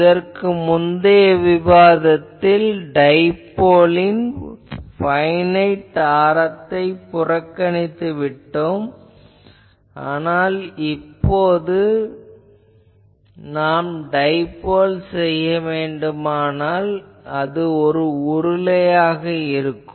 இதற்கு முந்தைய விவாதத்தில் டைபோலின் பைனைட் ஆரத்தைப் புறக்கணித்துவிட்டோம் ஆனால் நாம் டைபோல் செய்ய வேண்டுமானால் அது ஒரு உருளையாக இருக்கும்